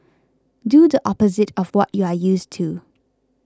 do the opposite of what you are used to